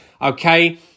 okay